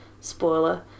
Spoiler